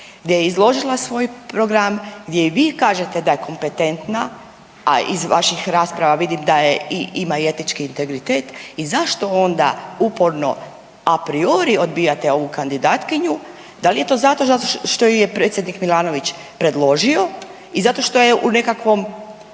gdje je izložila svoj program, gdje i vi kažete da je kompetentna, a iz vaših rasprava vidim da je ima i etički integritet i zašto onda uporno apriori odbijate ovu kandidatkinju? Da li je to zato što ju je predsjednik Milanović predložio i zašto što je u nekakvom,